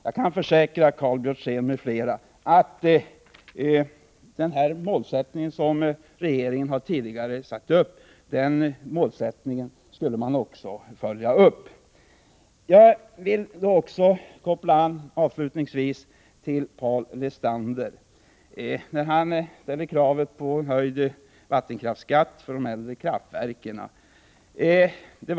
Jag kan försäkra Karl Björzén m.fl. att den målsättning som regeringen tidigare satt upp också skall fullföljas. Jag vill avslutningsvis anknyta till vad Paul Lestander säger. Han ställer krav på en höjd vattenkraftsskatt för de äldre kraftverkens del.